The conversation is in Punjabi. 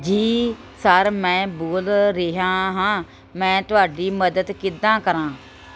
ਜੀ ਸਰ ਮੈਂ ਬੋਲ ਰਿਹਾ ਹਾਂ ਮੈਂ ਤੁਹਾਡੀ ਮਦਦ ਕਿੱਦਾਂ ਕਰਾਂ